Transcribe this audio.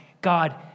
God